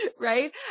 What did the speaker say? right